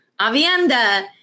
Avienda